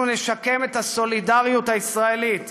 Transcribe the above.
אנחנו נשקם את הסולידריות הישראלית,